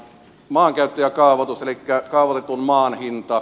maankäyttö ja kaavoitus elikkä kaavoitetun maan hinta